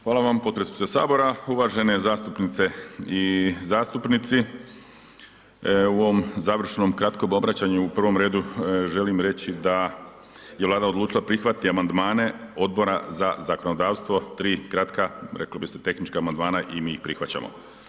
Hvala vam potpredsjedniče HS, uvažene zastupnice i zastupnici, u ovom završnom kratkom obraćanju u prvom redu želim reći da je Vlada odlučila prihvatiti amandmane Odbora za zakonodavstvo, tri kratka, reklo bi se, tehnička amandmana i mi ih prihvaćamo.